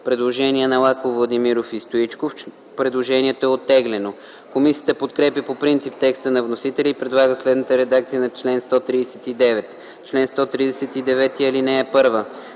Предложение на Лаков, Владимиров и Стоичков. Предложението е оттеглено. Комисията подкрепя по принцип текста на вносителя и предлага следната редакция на чл. 133: „Чл. 133. (1) Ремонтни